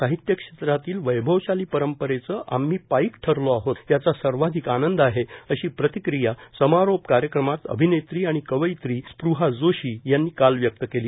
साहित्य क्षेत्रातील वैभवशाली परंपरेचं आम्ही पाईक ठरलो आहोत याचा सर्वाधिक आनंद आहे अशी प्रतिक्रिया समारोप कार्यक्रमात अभिनेत्री आणि कवीयत्री स्पूहा जोशी यांनी व्यक्त केली